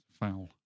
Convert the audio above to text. Foul